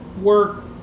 work